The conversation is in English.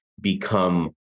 become